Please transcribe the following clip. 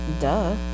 Duh